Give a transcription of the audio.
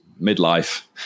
midlife